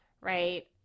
right